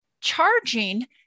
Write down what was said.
charging